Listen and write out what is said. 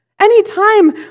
Anytime